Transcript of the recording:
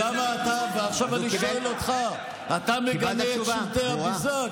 ועכשיו אני שואל אותך: אתה מגנה את שלטי הביזה?